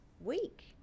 week